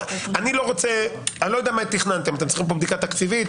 אני לא יודע מה תכננתם אם אתם צריכים פה בדיקה תקציבית,